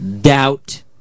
Doubt